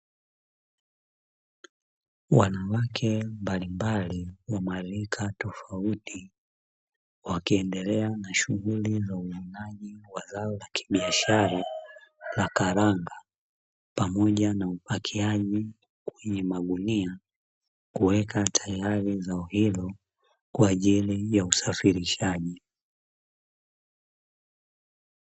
Wanawake mbalimbali wenye rika tofauti wakiendelea na uvunaji wa zao la biashara la karanga